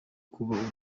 kuba